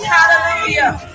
Hallelujah